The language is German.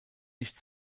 nicht